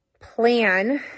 plan